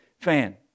fan